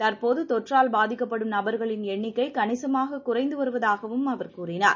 தற்போது தொற்றால் பாதிக்கப்படும் நபர்களின் எண்ணிக்கை கணிசமாக குறைந்து வருவதாகவும் அவர் கூறினார்